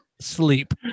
Sleep